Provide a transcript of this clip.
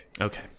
Okay